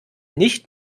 nicht